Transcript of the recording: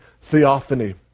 theophany